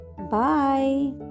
Bye